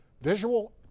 visual